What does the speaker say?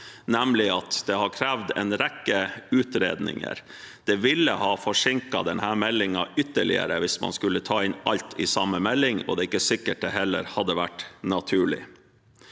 det har krevd en rekke utredninger. Det ville ha forsinket denne meldingen ytterligere hvis man skulle ta inn alt i samme melding, og det er heller ikke sikkert det hadde vært naturlig.